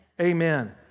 Amen